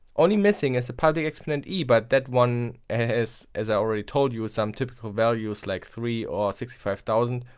only missing is the public exponent e, but that one has, as i already told you, some typical values like three or sixty five thousand